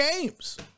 games